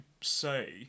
say